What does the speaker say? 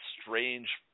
strange